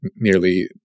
nearly